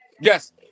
Yes